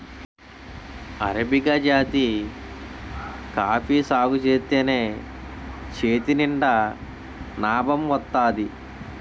arabica జాతి coffee సాగుజేత్తేనే చేతినిండా నాబం వత్తాది